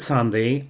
Sunday